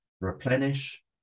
replenish